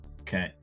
okay